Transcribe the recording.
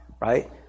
right